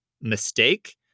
mistake